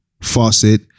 faucet